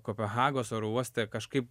kopenhagos oro uoste kažkaip